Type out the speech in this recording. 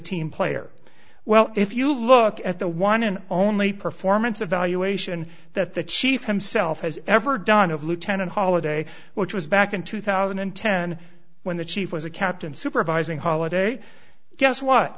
team player well if you look at the one and only performance evaluation that the chief himself has ever done of lieutenant holiday which was back in two thousand and ten when the chief was a captain supervising holiday guess what